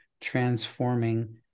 transforming